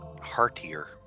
heartier